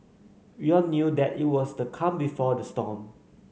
we all knew that it was the calm before the storm